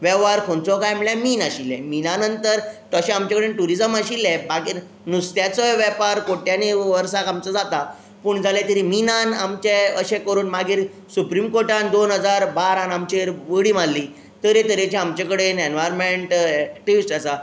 वेव्हार खंयचो कांय मिन आशिल्ले मिना नंतर तशे आमचें कडेन टुरीजम आशिल्ले बाकी नुस्त्याचो वेपार कोट्यांनी वर्सांक आमचो जाता पूण जाले कितें मिनान आमचें ते अशें करून मागीर सुप्रिम कोर्टान दोन हजार बारान आमचेर बडी मारली तरेतरेचे आमचे कडेन एनवायरोमँटल एक्टिविस्ट आसा